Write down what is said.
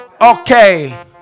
Okay